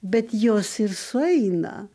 bet jos ir sueina